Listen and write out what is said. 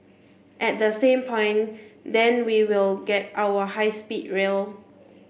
at the same point then we will get our high speed rail